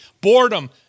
boredom